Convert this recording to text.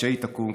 כשהיא תקום,